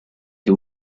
que